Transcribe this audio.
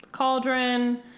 cauldron